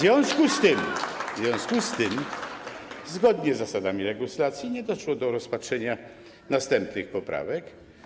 W związku z tym, zgodnie z zasadami legislacji, nie doszło do rozpatrzenia następnych poprawek.